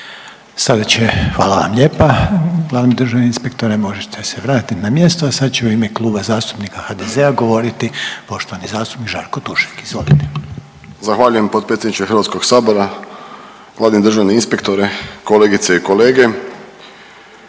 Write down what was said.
Sada će, hvala vam lijepa, glavni državni inspektore možete se vratit na mjesto, a sad će u ime Kluba zastupnika HDZ-a govoriti poštovani zastupnik Žarko Tušek, izvolite. **Tušek, Žarko (HDZ)** Zahvaljujem potpredsjedniče HS, glavni državni inspektore, kolegice i kolege.